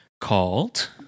called